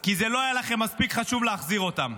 כי לא היה לכם מספיק חשוב להחזיר אותם.